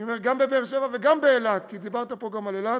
גם בבאר-שבע וגם באילת, כי דיברת פה גם על אילת,